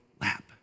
lap